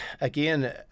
again